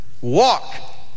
walk